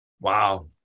Wow